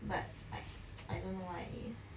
but like I don't know what it is